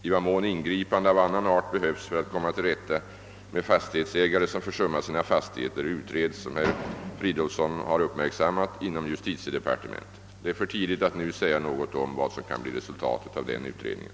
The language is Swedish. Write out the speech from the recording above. I vad mån ingripande av annan art behövs för att komma till rätta med fastighetsägare som försummar sina fastigheter utreds, såsom herr Fridolfsson har uppmärksammat, inom justitiedepartementet. Det är för tidigt att nu säga något om vad som kan bli resultatet av den utredningen.